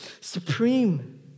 supreme